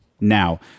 now